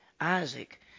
Isaac